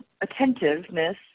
attentiveness